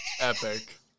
Epic